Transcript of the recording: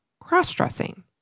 cross-dressing